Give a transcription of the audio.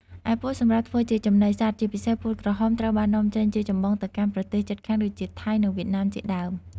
ឯពោតសម្រាប់ធ្វើជាចំណីសត្វ ជាពិសេស ពោតក្រហម ត្រូវបាននាំចេញជាចម្បងទៅកាន់ប្រទេសជិតខាងដូចជា ថៃ និង វៀតណាមជាដើម។